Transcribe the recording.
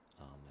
Amen